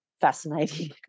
fascinating